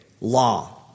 law